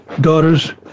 daughters